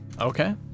Okay